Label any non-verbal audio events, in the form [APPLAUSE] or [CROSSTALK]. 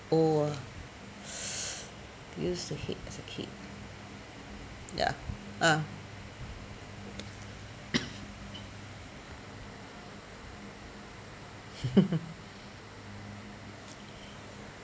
oh [NOISE] used to hate as a kid ya ah [COUGHS] [LAUGHS]